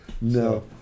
No